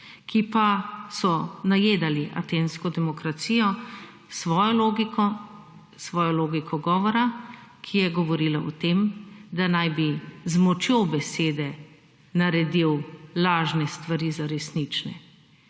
ki pa so najedali atensko demokracijo, svojo logiko, svojo logiko govora, ki je govorila o tem, da naj bi z močjo besede naredil lažne stvari za resnične.